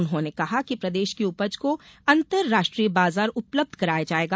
उन्होंने कहा कि प्रदेश की उपज को अंतर्राष्ट्रीय बाजार उपलब्ध कराया जायेगा